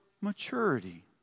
maturity